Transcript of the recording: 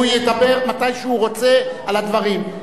הוא ידבר מתי שהוא רוצה על הדברים.